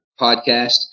podcast